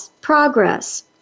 progress